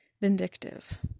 Vindictive